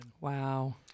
wow